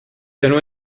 allons